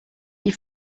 your